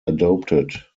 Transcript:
adopted